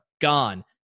gone